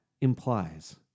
implies